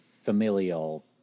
familial